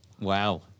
Wow